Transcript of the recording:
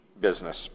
business